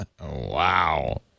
Wow